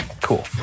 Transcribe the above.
Cool